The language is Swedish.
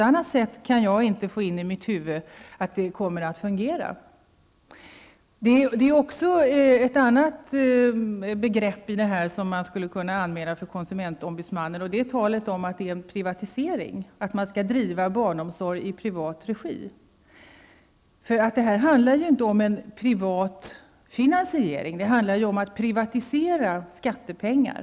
Jag kan inte få in i mitt huvud att det kommer att fungera på något annat sätt. Det finns också ett annat begrepp i detta som man skulle kunna anmäla till konsumentombudsmannen. Det är talet om att det är en privatisering och att man skall driva barnomsorg i privat regi. Det handlar ju inte om en privat finansiering. Det handlar om att privatisera skattepengar.